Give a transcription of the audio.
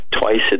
twice